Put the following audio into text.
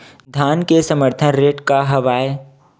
धान के समर्थन रेट का हवाय?